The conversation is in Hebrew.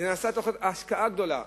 אלא זה נעשה תוך השקעה גדולה,